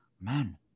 man